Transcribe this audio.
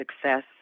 success